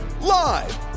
Live